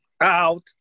out